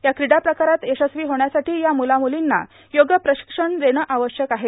या क्रीडा प्रकारात यशस्वी होण्यासाठी या मुला मुलीना योग्य प्रशिक्षण देणं गरजेचं आहे